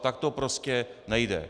Tak to prostě nejde.